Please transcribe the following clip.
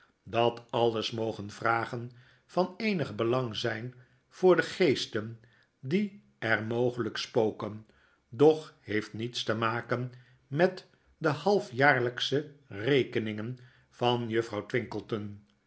datalles mogen vragen van eenig belang zijn voor de geesten die er mogelijk spoken doch heeft niets te maken met de halljaarlpsche rekeningen van juffrouw